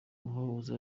yahoze